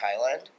Thailand